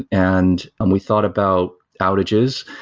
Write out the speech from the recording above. and um we thought about outages.